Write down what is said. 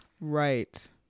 Right